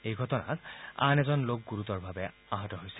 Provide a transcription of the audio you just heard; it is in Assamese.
এই ঘটনাত আন এজন লোক গুৰুতৰভাৱে আহত হৈছে